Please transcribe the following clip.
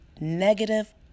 Negative